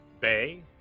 bay